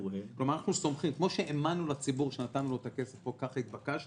כמו שהאמנו לציבור שנתנו לו את הכסף כמו שהתבקשנו,